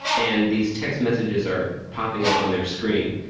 and these text messages are popping up on their screen.